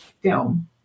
film